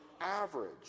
average